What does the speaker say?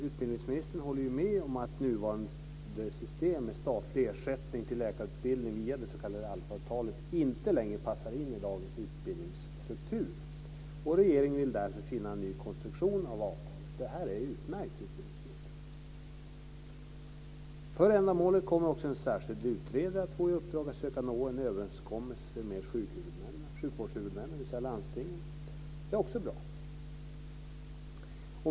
Utbildningsministern håller ju med om att nuvarande system med statlig ersättning till läkarutbildning via det s.k. ALF-avtalet inte längre passar in i dagens utbildningsstruktur. Regeringen vill därför finna en ny konstruktion av avtalet. Det här är utmärkt, utbildningsministern. För ändamålet kommer också en särskild utredare att få i uppdrag att söka nå en överenskommelse med sjukvårdshuvudmännen, dvs. landstingen. Det är också bra.